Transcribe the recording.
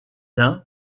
uns